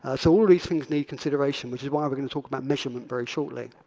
ah so all these things need consideration, which is why we're going to talk about measurement very shortly.